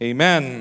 Amen